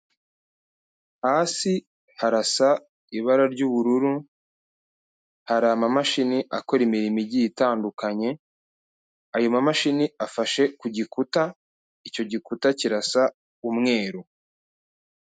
Hasi harasa ibara ry'ubururu, hari amamashini akora imirimo igiye itandukanye, ayo mamashini afashe ku gikuta, icyo gikuta kirasa umweru.